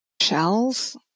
shells